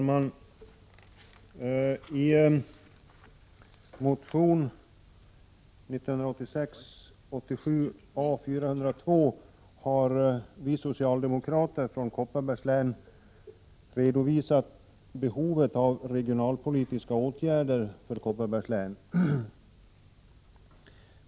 Herr talman! I motion 1986/87:A402 har vi socialdemokrater från Kopparbergs län redovisat behovet av regionalpolitiska åtgärder för Kopparbergs län.